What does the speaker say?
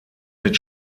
mit